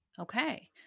Okay